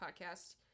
podcast